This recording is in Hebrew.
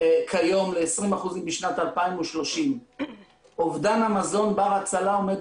כיום ל-20 אחוזים בשנת 2030. אובדן המזון בר הצלה עומד